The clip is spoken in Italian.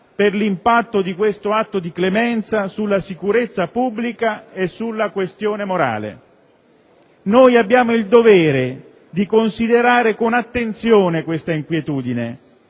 per l'impatto di questo atto di clemenza sulla sicurezza pubblica e sulla questione morale. Abbiamo il dovere di considerare con attenzione tale inquietudine,